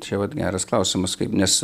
čia vat geras klausimas kaip nes